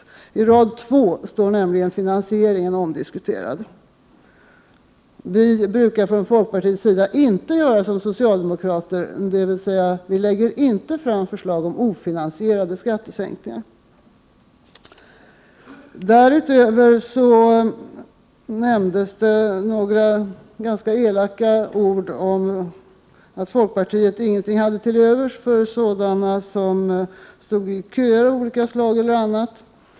På rad två diskuteras nämligen finansieringen. Vi brukar från folkpartiets sida inte göra som socialdemokrater, dvs. vi lägger inte fram förslag om ofinansierade skattesänkningar. Därutöver nämndes några ganska elaka ord om att folkpartiet ingenting hade till övers för sådana som stod i köer av olika slag.